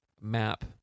map